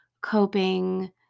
Coping